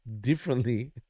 differently